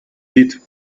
did